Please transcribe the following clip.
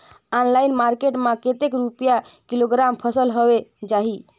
Online market मां कतेक रुपिया किलोग्राम फसल हवे जाही?